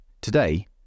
Today